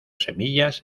semillas